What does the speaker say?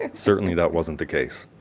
ah certainly that wasn't the case.